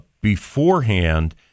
beforehand